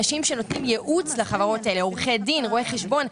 אנשים שנותנים ייעוץ לחברות האלה - עורכי דין ורואי חשבון,